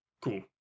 cool